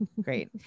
Great